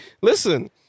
listen